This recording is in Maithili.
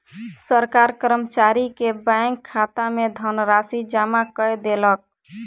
सरकार कर्मचारी के बैंक खाता में धनराशि जमा कय देलक